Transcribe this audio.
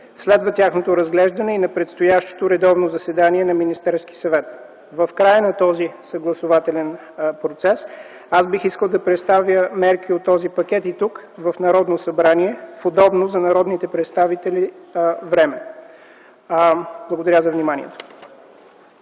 Следва тяхното разглеждане и на предстоящото редовно заседание на Министерския съвет. В края на този съгласувателен процес аз бих искал да представя мерки от този пакет и тук, в Народното събрание, в удобно за народните представители време. Благодаря за вниманието.